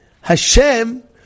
Hashem